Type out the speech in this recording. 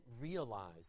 realize